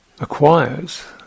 acquires